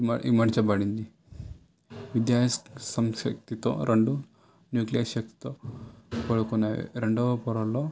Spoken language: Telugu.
ఇమ ఇమిడ్చబడింది విద్యా సంశక్తితో రెండు న్యూక్లియస్ శక్తితో రెండవ పొరలో